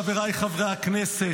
חבריי חברי הכנסת,